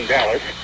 Dallas